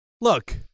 look